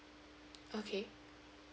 okay